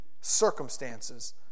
circumstances